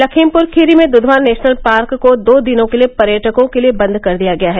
लखीमपुर खीरी में Dudhwa national park को दो दिनों के लिये पर्यटकों के लिये बन्द कर दिया गया है